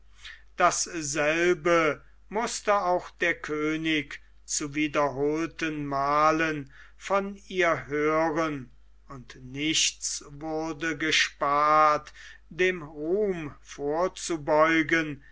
dasselbe mußte auch der könig zu wiederholten malen von ihr hören und nichts wurde gespart dem ruhm vorzubeugen